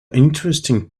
interesting